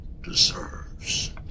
deserves